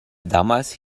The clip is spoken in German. damals